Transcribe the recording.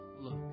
look